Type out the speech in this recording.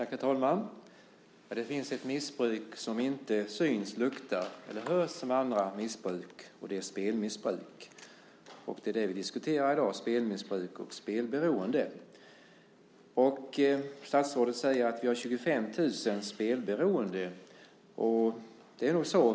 Herr talman! Det finns ett missbruk som inte syns, luktar eller hörs som andra missbruk, och det är spelmissbruk. Det vi diskuterar i dag är spelmissbruk och spelberoende. Statsrådet säger att vi har 25 000 spelberoende. Det är nog så.